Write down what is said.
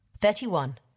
Thirty-one